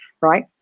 right